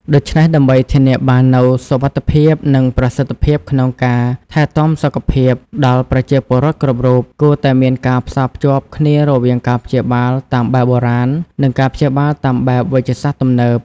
ដូច្នេះ ដើម្បីធានាបាននូវសុវត្ថិភាព និងប្រសិទ្ធភាពក្នុងការថែទាំសុខភាពដល់ប្រជាពលរដ្ឋគ្រប់រូប គួរតែមានការផ្សារភ្ជាប់គ្នារវាងការព្យាបាលតាមបែបបុរាណ និងការព្យាបាលតាមបែបវេជ្ជសាស្ត្រទំនើប។